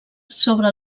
sobre